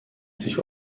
sich